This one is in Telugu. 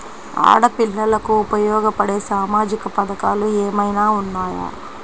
ఆడపిల్లలకు ఉపయోగపడే సామాజిక పథకాలు ఏమైనా ఉన్నాయా?